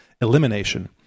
elimination